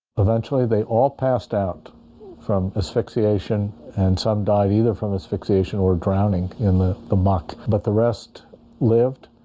eventually they all passed out from asphyxiation and some died either from asphyxiation or drowning in the the muck, but the rest lived.